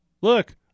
Look